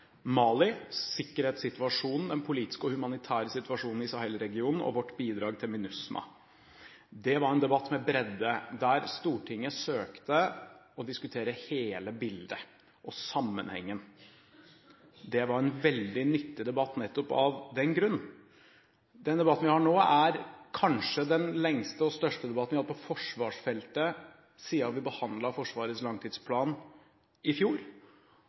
Mali, sikkerhetssituasjonen, den politiske og den humanitære situasjonen i Sahel-regionen og vårt bidrag til MINUSMA. Det var en debatt med bredde, der Stortinget søkte å diskutere hele bildet og sammenhengen. Det var en veldig nyttig debatt nettopp av den grunn. Den debatten vi har nå, er kanskje den lengste og største debatten vi har hatt på forsvarsfeltet siden vi behandlet Forsvarets langtidsplan i fjor,